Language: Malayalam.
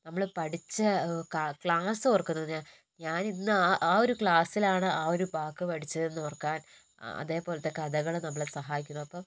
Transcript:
നമ്മൾ പഠിച്ച ക്ലാസ് ഓർക്കുന്നത് ഞാൻ ഞാനിന്നു ആ ആ ഒരു ക്ലാസ്സിലാണ് ആ ഒരു വാക്ക് പഠിച്ചതെന്ന് ഓർക്കാൻ അതേപോലത്തെ കഥകൾ നമ്മളെ സഹായിക്കുന്നു അപ്പം